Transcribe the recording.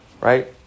right